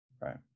right